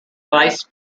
vice